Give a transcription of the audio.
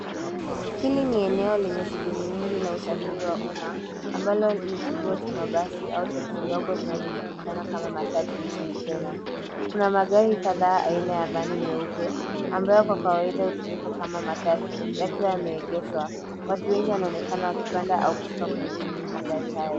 Hili ni eneo lenye shughuli la usafiri wa uma ambalo ni kituo cha mabasi au taxi ndogo zinazojulikana kama matatu nchini Kenya. Kuna magari kadhaa aina ya vani nyeupe ambayo kwa kawaida hutumika kama matatu yakiwa yameegeshwa. Watu wengi wanaonekana wakipanda au kushuka kwenye magari hayo.